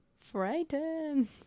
frightened